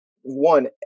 one